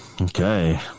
Okay